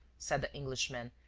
said the englishman,